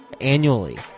annually